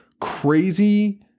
crazy